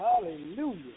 Hallelujah